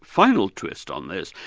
final twist on this,